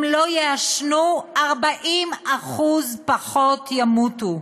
אם לא יעשנו, 40% פחות ימותו.